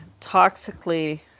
toxically